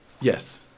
Yes